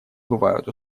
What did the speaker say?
бывают